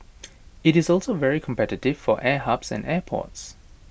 IT is also very competitive for air hubs and airports